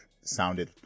sounded